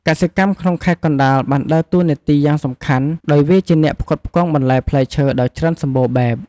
កសិកម្មក្នុងខេត្តកណ្ដាលបានដើរតួនាទីយ៉ាងសំខាន់ ដោយវាជាអ្នកផ្គត់ផ្គង់បន្លែផ្លែឈើដ៏ច្រើនសម្បូរបែប។